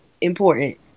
important